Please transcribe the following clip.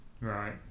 Right